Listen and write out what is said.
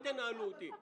אל תנהלו אותי.